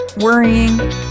worrying